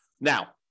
Now